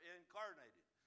incarnated